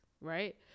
right